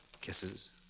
kisses